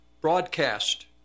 broadcast